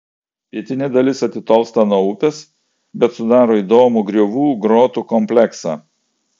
pietinė dalis atitolsta nuo upės bet sudaro įdomų griovų grotų kompleksą